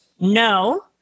No